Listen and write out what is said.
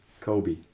kobe